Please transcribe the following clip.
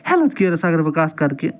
health کیرَس اَگر بہٕ کَتھ کَرٕ کہِ